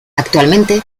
actualmente